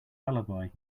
alibi